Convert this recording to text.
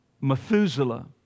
Methuselah